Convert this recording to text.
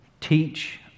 Teach